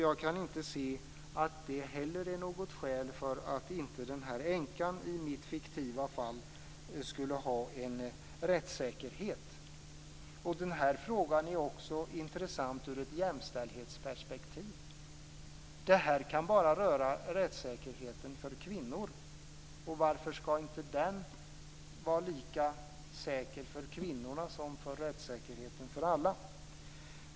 Jag kan inte se att det heller är något skäl för att änkan i mitt fiktiva fall inte skulle ha en rättssäkerhet. Den här frågan är också intressant ur ett jämställdhetsperspektiv. Det här kan bara röra rättssäkerheten för kvinnor, och varför skall inte den vara lika säker för kvinnor som för alla?